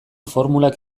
formulak